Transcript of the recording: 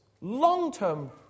long-term